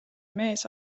mees